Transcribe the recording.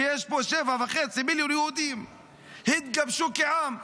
שיש פה שבעה מיליון יהודים שהתגבשו כעם.